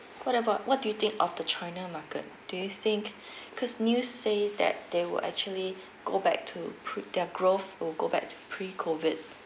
what about what do you think of the china market do you think because news say that they would actually go back to prove their growth will go back to pre COVID